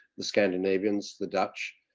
the scandinavians, the dutch,